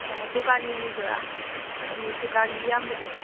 ꯑꯣ ꯗꯨꯀꯥꯟꯒꯤ ꯃꯤꯗꯨꯔꯥ ꯗꯨꯀꯥꯟꯒꯤ ꯏꯌꯥꯝꯕꯗꯣ